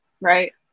Right